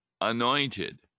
anointed